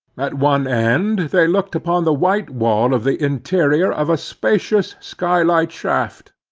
at one end they looked upon the white wall of the interior of a spacious sky-light shaft,